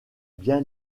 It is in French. bien